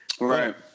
right